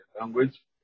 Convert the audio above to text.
language